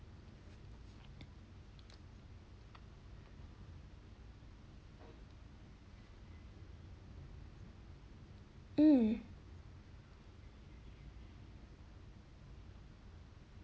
mm